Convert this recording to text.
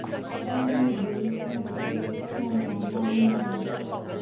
ꯅꯪꯗꯤ ꯌꯦꯡꯉꯣ ꯄꯨꯟꯅ ꯄꯣꯠꯁꯦ ꯁꯨꯝꯕ ꯃꯌꯥꯝ ꯂꯧꯕꯅꯤꯅꯅꯦ